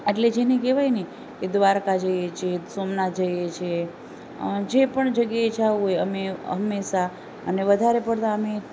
અટલે જેને કહેવાયને કે દ્વારકા જઈએ છીએ સોમનાથ જઈએ છીએ જે પણ જગ્યાએ જવું હોય અમે હંમેશા અને વધારે પડતા અમે